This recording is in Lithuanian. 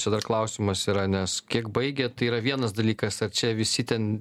čia dar klausimas yra nes kiek baigė tai yra vienas dalykas ar čia visi ten